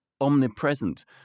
omnipresent